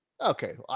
Okay